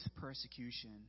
persecution